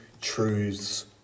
truths